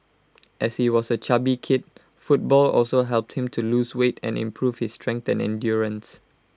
as he was A chubby kid football also helped him to lose weight and improve his strength and endurance